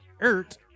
Ert